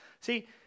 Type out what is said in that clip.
See